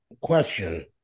question